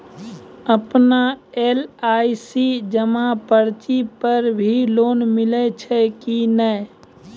आपन एल.आई.सी जमा पर्ची पर भी लोन मिलै छै कि नै?